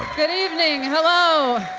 good evening. hello.